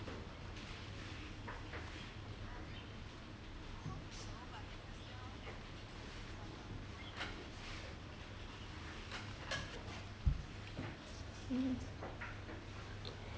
mm